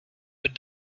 with